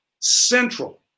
central